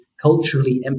culturally